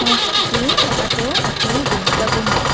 সংস্কৃতি থকাটো অতি গুৰুত্বপূৰ্ণ